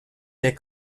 des